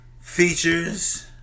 features